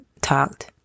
talked